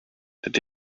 that